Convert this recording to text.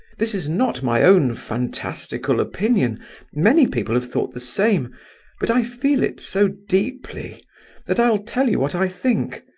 this is not my own fantastical opinion many people have thought the same but i feel it so deeply that i'll tell you what i think.